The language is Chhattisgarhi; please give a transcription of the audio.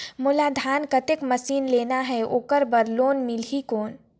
मोला धान कतेक मशीन लेना हे ओकर बार लोन मिलही कौन?